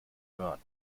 hören